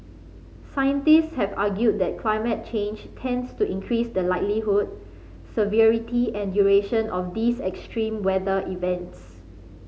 scientist have argued that climate change tends to increase the likelihood severity and duration of these extreme weather events